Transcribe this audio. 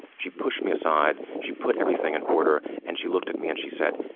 she pushed me aside, she put everything in order and she looked at me and she said,